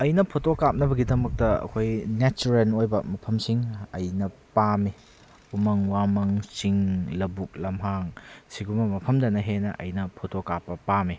ꯑꯩꯅ ꯐꯣꯇꯣ ꯀꯥꯞꯅꯕꯒꯤꯗꯃꯛꯇ ꯑꯩꯈꯣꯏ ꯅꯦꯆꯔꯦꯟ ꯑꯣꯏꯕ ꯃꯐꯝꯁꯤꯡ ꯑꯩꯅ ꯄꯥꯝꯃꯤ ꯎꯃꯪ ꯋꯥꯃꯪ ꯆꯤꯡ ꯂꯧꯕꯨꯛ ꯂꯝꯍꯥꯡ ꯁꯤꯒꯨꯝꯕ ꯃꯐꯝꯗꯅ ꯍꯦꯟꯅ ꯑꯩꯅ ꯐꯣꯇꯣ ꯀꯥꯞꯄ ꯄꯥꯝꯃꯤ